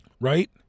Right